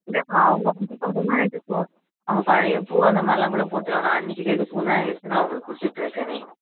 இல்லை மேடம் இப்போ அவங்க வந்து இப்போ முந்தா நேற்று பூ அவங்க பழையப்பூ அந்தமாதிரிலாம் கூட போட்டுருவாங்க நான் அன்றைக்கு டேட்டு பூ தான் எடுத்து நான் உங்களுக்கு கொடுத்துட்ருக்கேனே